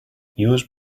use